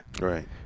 Right